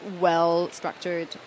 well-structured